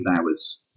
hours